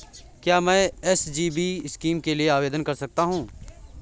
क्या मैं SGB scheme के लिए आवेदन कर सकता हूँ?